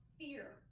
fear